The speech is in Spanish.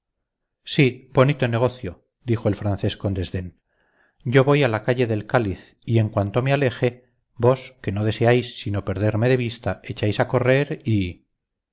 sí bonito negocio dijo el francés con desdén yo voy a la calle del cáliz y en cuanto me aleje vos que no deseáis sino perderme de vista echáis a correr y